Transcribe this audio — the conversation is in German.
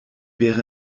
wäre